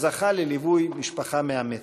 וזכה לליווי משפחה מאמצת.